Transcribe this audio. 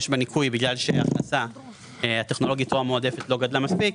בניכוי בגלל שההכנסה הטכנולוגית או המועדפת לא גדלה מספיק,